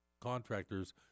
contractors